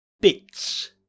bits